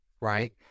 right